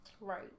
Right